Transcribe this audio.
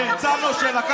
חבר הכנסת הרצנו.